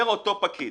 אומר אותו פקיד,